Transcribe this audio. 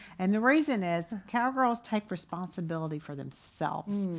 and the reason is, cowgirls take responsibility for themselves.